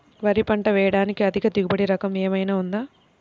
వరి పంట వేయటానికి అధిక దిగుబడి రకం ఏమయినా ఉందా?